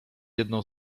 jedną